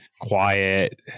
quiet